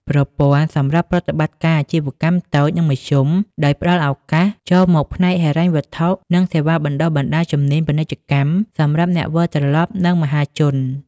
ប្រព័ន្ធសម្រាប់ប្រតិបត្តិការអាជីវកម្មតូច និងមធ្យម ដោយផ្ដល់ឱកាសចូលមកផ្នែកហិរញ្ញវត្ថុ និងសេវាបណ្តុះបណ្តាលជំនាញពាណិជ្ជកម្មសម្រាប់អ្នកវិលត្រឡប់ និងមហាជន។